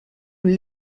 une